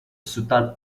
sultan